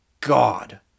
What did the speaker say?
god